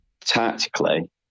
tactically